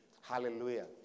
Hallelujah